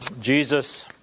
Jesus